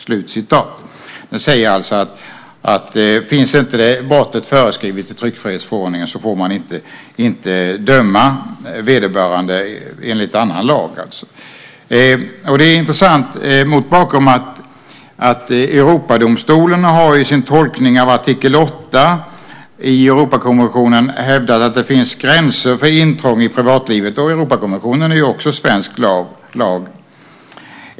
Det sägs alltså att om brottet inte finns föreskrivet i tryckfrihetsförordningen får man inte döma vederbörande enligt annan lag. Det är intressant mot bakgrund av att Europadomstolen i sin tolkning av artikel 8 i Europakonventionen hävdat att det finns gränser för intrång i privatlivet. Och Europakonventionen är också svensk lag.